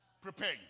prepare